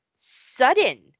sudden